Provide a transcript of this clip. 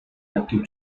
active